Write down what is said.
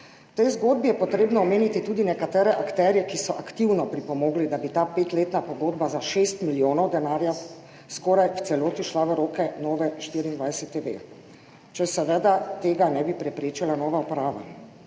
tej zgodbi je potrebno omeniti tudi nekatere akterje, ki so aktivno pripomogli, da bi ta petletna pogodba za 6 milijonov denarja skoraj v celoti šla v roke Nove24TV, če seveda tega ne bi preprečila nova uprava.